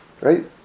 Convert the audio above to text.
Right